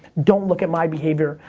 don't look at my behavior.